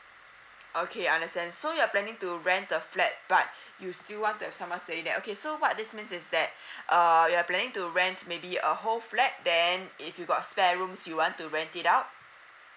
okay I understand so you're planning to rent the flat but you still want to have someone staying there okay so what this means is that err you are planning to rent maybe a whole flat then if you got spare rooms you want to rent it out